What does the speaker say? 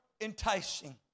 enticing